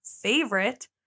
favorite